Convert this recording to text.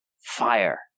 fire